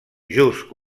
just